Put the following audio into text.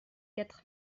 quatre